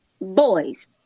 boys